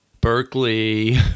Berkeley